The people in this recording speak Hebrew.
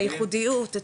את הייחודיות,